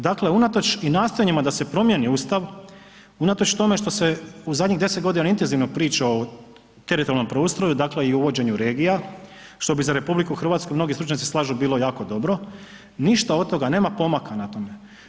Dakle unatoč i nastojanjima da se promijeni i Ustav, unatoč tome što se u zadnjih 10 godina intenzivno priča o teritorijalnom preustroju, dakle i uvođenju regija, što bi za RH mnogi stručnjaci se slažu bilo jako dobro, ništa od toga, nema pomaka na tome.